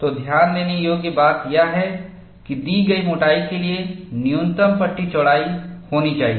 तो ध्यान देने योग्य बात यह है कि दी गई मोटाई के लिए न्यूनतम पट्टी चौड़ाई होनी चाहिए